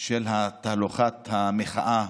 של תהלוכת המחאה